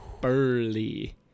burly